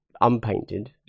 unpainted